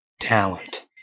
Talent